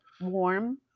warm